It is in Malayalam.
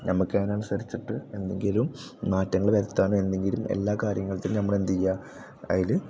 നമുക്ക് അതിനനുസരിച്ചിട്ട് എന്തെങ്കിലും മാറ്റങ്ങൾ വരുത്താനോ എന്തെങ്കിലും എല്ലാ കാര്യങ്ങൾക്കും നമ്മളെന്താ ചെയ്യുക അതിൽ